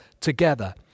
together